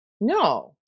No